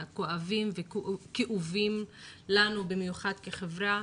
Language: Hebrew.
הכואבים והכאובים לנו במיוחד כחברה.